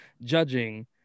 judging